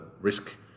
risk